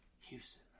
Houston